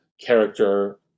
character